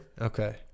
Okay